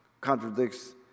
contradicts